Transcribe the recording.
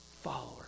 followers